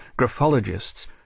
graphologists